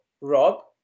Rob